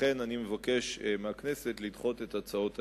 לכן אני מבקש מהכנסת לדחות את הצעת האי-אמון.